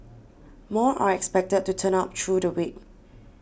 more are expected to turn up through the week